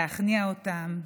להכניע אותן.